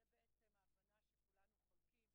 זו בעצם ההבנה שכולנו חולקים,